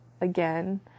again